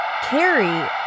Carrie